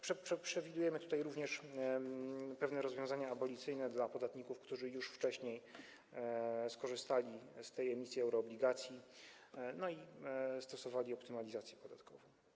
Przewidujemy również pewne rozwiązania abolicyjne dla podatników, którzy już wczesnej skorzystali z tej emisji euroobligacji i stosowali optymalizację podatkową.